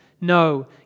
No